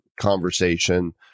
conversation